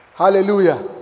Hallelujah